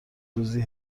روزی